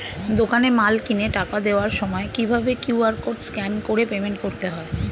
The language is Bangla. দোকানে মাল কিনে টাকা দেওয়ার সময় কিভাবে কিউ.আর কোড স্ক্যান করে পেমেন্ট করতে হয়?